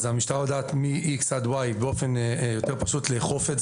אז המשטרה יודעת מ-X עד Y לאכוף את זה באופן פשוט יותר.